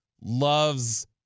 loves